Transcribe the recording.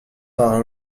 par